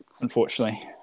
Unfortunately